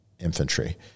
infantry